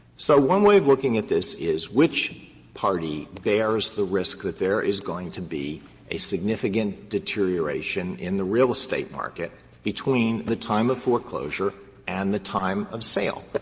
so one way of looking at this is which party bears the risk that there is going to be a significant deterioration in the real estate market between the time of foreclosure and the time of sale?